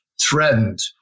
threatened